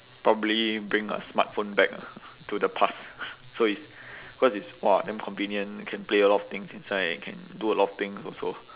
probably bring a smartphone back lah to the past so it's because it's !wah! damn convenient can play a lot of things inside can do a lot of thing also